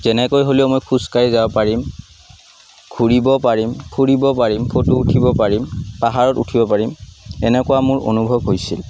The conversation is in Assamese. যেনেকৈ হ'লেও মই খোজকাঢ়ি যাব পাৰিম ঘূৰিব পাৰিম ফুৰিব পাৰিম ফটো উঠিব পাৰিম পাহাৰত উঠিব পাৰিম তেনেকুৱা মোৰ অনুভৱ হৈছিল